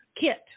Kit